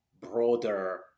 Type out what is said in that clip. broader